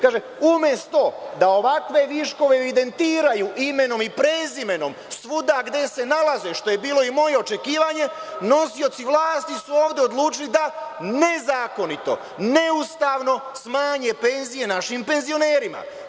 Kaže - umesto da ovakve viškove evidentiraju imenom i prezimenom svuda gde se nalaze, što je bilo i moje očekivanje, nosioci vlasti su ovde odlučili da nezakonito, neustavno smanje penzije našim penzionerima.